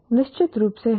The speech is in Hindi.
निश्चित रूप से हां